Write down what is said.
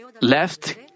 left